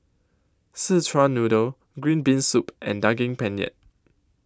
Szechuan Noodle Green Bean Soup and Daging Penyet